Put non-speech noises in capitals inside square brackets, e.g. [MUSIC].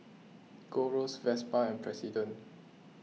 Gold Roast Vespa and [NOISE] President